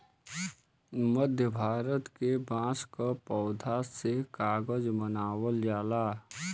मध्य भारत के बांस क पौधा से कागज बनावल जाला